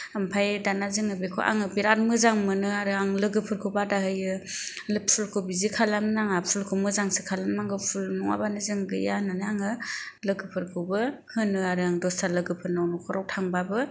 ओमफाय दाना जोङो बेखौ आङो बेराद मोजां मोनो आरो आं लोगोफोरखौ बादा होयो फुलखौ बिदि खालामनाङा फुलखौ मोजांसो खालामनांगौ फुल नङाबानो जों गैया होननानै आङो लोगोफोरखौबो होनो आरो आं दस्रा लोगोफोरनाव न'खराव थांब्लाबो